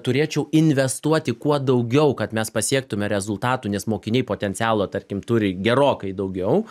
turėčiau investuoti kuo daugiau kad mes pasiektume rezultatų nes mokiniai potencialo tarkim turi gerokai daugiau